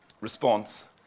response